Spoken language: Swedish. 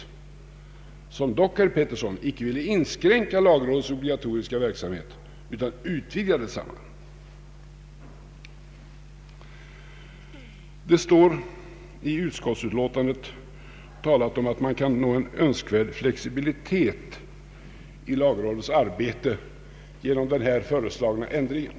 Denna utredning ville dock, herr Pettersson, inte inskränka lagrådets obligatoriska verksamhet, utan utvidga densamma. Det står i utskottsutlåtandet att man kan nå en önskvärd flexibilitet i lagrådets arbete genom den här föreslagna ändringen.